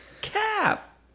Cap